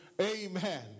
Amen